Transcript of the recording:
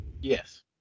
Yes